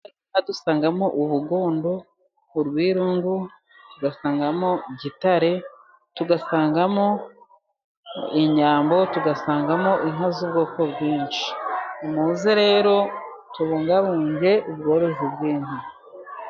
Aha dusangamo urugondo urwirungu ,tugasangamo gitare, tugasangamo inyambo, tugasangamo inka z'ubwoko bwinshi ,nimuze rero tubungabunge ubworozi bw'inka.